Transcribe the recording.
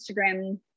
Instagram